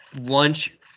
lunch